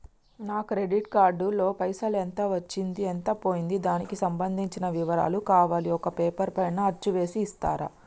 నా credit card లో పైసలు ఎంత వచ్చింది ఎంత పోయింది దానికి సంబంధించిన వివరాలు కావాలి ఒక పేపర్ పైన అచ్చు చేసి ఇస్తరా?